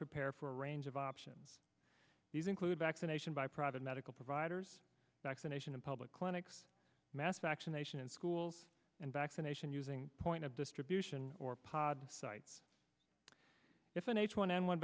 prepare for a range of options these include vaccination by private medical providers next a nation of public clinics mass vaccination in schools and vaccination using point of distribution or pod sites if an h one n one